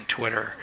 Twitter